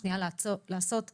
שנייה לעשות "עמודו"